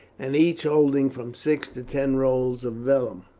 and each holding from six to ten rolls of vellum.